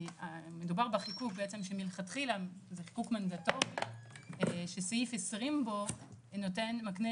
מדובר בחיקוק בעצם שמלכתחילה זה חיקוק מנדטורי שסעיף 20 בו מקנה